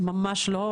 ממש לא,